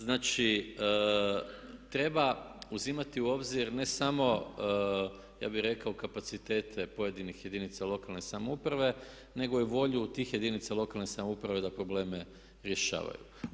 Znači treba uzimati u obzir ne samo ja bih rekao kapacitete pojedinih jedinica lokalne samouprave, nego i volju tih jedinica lokalne samouprave da probleme rješavaju.